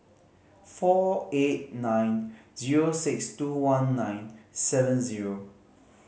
four eight nine zero six two one nine seven zero